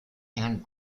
and